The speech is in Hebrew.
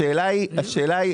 השאלה היא